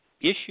issue